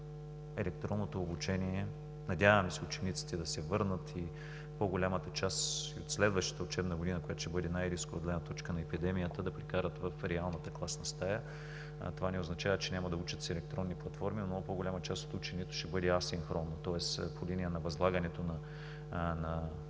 електронното обучение… Надяваме се учениците да се върнат, по-голямата част и от следващата учебна година, която ще бъде най-рискова от гледна точка на епидемията, да прекарат в реалната класна стая. Това не означава, че няма да учат с електронни платформи. Много по-голяма част от ученето ще бъде асинхронно, тоест по линия на възлагането на